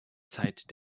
zeit